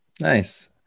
Nice